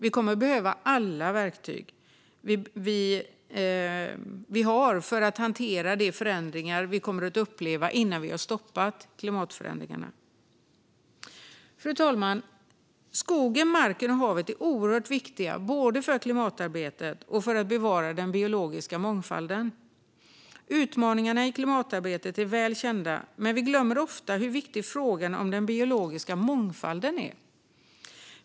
Vi kommer att behöva alla verktyg vi har för att hantera de förändringar vi kommer att uppleva innan vi har stoppat klimatförändringarna. Fru talman! Skogen, marken och havet är oerhört viktiga både för klimatarbetet och för att bevara den biologiska mångfalden. Utmaningarna i klimatarbetet är väl kända, men vi glömmer ofta hur viktig frågan om den biologiska mångfalden är.